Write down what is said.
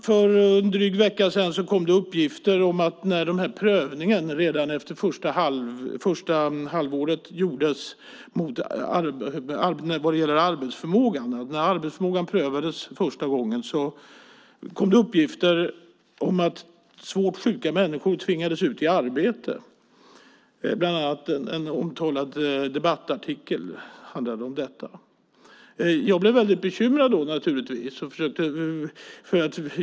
För en dryg vecka sedan kom det uppgifter om att svårt sjuka människor tvingades ut i arbete efter den första prövningen av arbetsförmågan; bland annat en omtalad debattartikel handlade om det. Jag blev naturligtvis bekymrad.